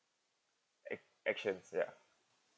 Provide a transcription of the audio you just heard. a~ actions ya